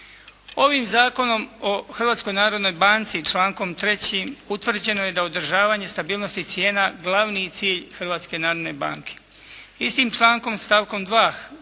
Ovim zakonom o Hrvatskoj narodnoj banci člankom 3. utvrđeno je da je održavanje stabilnosti cijena glavni cilj Hrvatske narodne banke. Istim člankom stavkom 2.